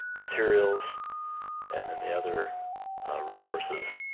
materials and then the other resources